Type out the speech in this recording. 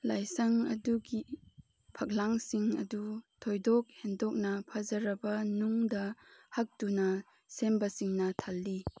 ꯂꯥꯏꯁꯪ ꯑꯗꯨꯒꯤ ꯐꯛꯂꯥꯡꯁꯤꯡ ꯑꯗꯨ ꯊꯣꯏꯗꯣꯛ ꯍꯦꯟꯗꯣꯛꯅ ꯐꯖꯔꯕ ꯅꯨꯡꯗ ꯍꯛꯇꯨꯅ ꯁꯦꯝꯕꯁꯤꯡꯅ ꯊꯜꯂꯤ